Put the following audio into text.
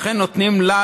לכן נותנים לה,